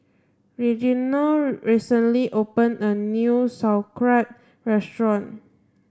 Reginald recently opened a new Sauerkraut restaurant